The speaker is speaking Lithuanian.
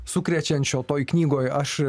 sukrečiančio toj knygoj aš